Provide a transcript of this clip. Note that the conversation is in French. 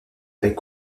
avec